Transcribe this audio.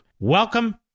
Welcome